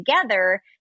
together